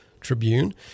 Tribune